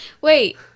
Wait